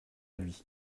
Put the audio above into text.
lui